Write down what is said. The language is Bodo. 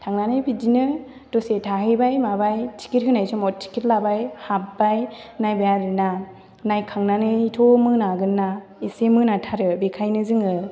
थांनानै बिदिनो दसे थाहैबाय माबाय टिकेट होनाय समाव टिकेट लाबाय हाब्बाय नायबाय आरोना नायखांनानैथ' मोनागोनना एसे मोनाथारो बेनिखायनो जोङो